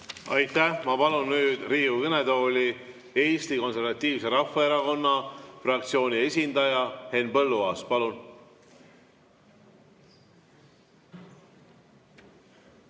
Aitäh! Ma palun Riigikogu kõnetooli Eesti Konservatiivse Rahvaerakonna fraktsiooni esindaja. Henn Põlluaas, palun!